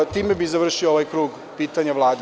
Time bih završio ovaj krug pitanja Vlade.